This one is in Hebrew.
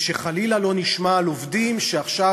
ושחלילה לא נשמע על עובדים שעכשיו